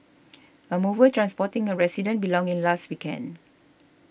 a mover transporting a resident belongings last weekend